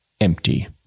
empty